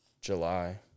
July